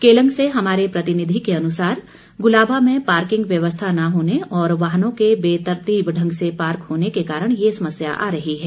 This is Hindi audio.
केलंग से हमारे प्रतिनिधि के अनुसार गुलाबा में पार्किंग व्यवस्था न होने और वाहनों के बेतरतीब ढंग से पार्क होने के कारण ये समस्या आ रही है